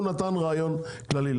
הוא נתן רעיון כללי.